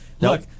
Look